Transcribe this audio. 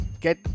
get